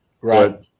Right